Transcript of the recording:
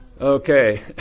Okay